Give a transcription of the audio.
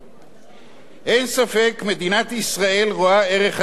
אין ספק, מדינת ישראל רואה ערך חשוב בלימוד התורה,